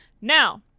Now